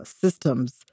systems